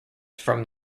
from